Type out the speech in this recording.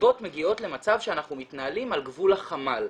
המסיבות מגיעות למצב שאנחנו מתנהלים על גבול החמ"ל,